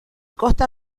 costa